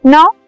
Now